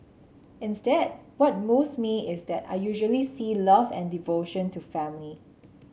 instead what moves me is that I usually see love and devotion to family